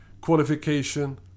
qualification